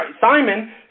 Simon